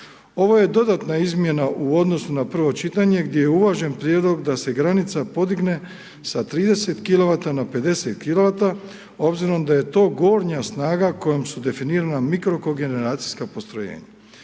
Ovo je dodatna izmjena u odnosu na prvo čitanje gdje je uvažen prijedlog da se granica podigne sa 30 kilovata na 50 kilovata obzirom da je to gornja snaga kojom su definirana mikrokogeneracijska postrojenja.